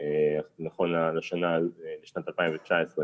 נכון לשנת 2019,